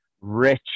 rich